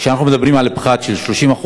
כשאנחנו מדברים על פחת של 30%,